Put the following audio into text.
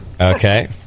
Okay